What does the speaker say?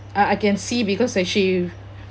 uh I can see because